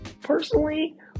personally